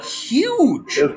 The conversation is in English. huge